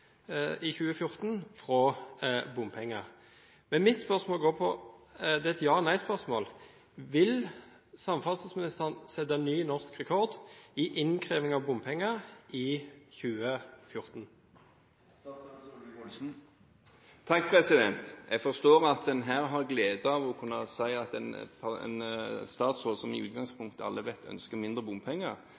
i 2014. Mitt spørsmål er et ja- eller nei-spørsmål: Vil samferdselsministeren sette ny norsk rekord i innkreving av bompenger i 2014? Jeg forstår at en her har glede av å kunne si at en statsråd, som alle i utgangspunktet vet ønsker mindre bompenger,